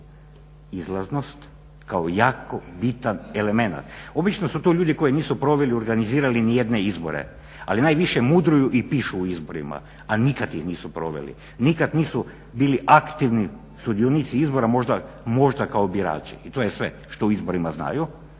izlaznost kako jako bitan elementa. Obično su to ljudi koji nisu proveli, organizirali ni jedne izbore, ali najviše mudruju i pišu o izborima, a nikad ih nisu proveli, nikad nisu bili aktivni sudionici izbora, možda kao birači i to je sve što o izborima znaju.